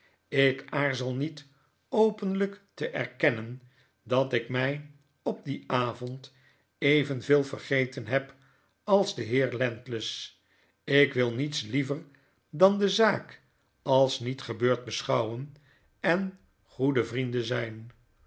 ik aarzel niet openlijk te erkennen dat ik mij op dien avond evenveel vergeten heb als de heer landless ik wil niets liever dan de zaak als niet gebeurd beschouwen en goede vrienden zijn